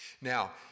now